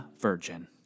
Virgin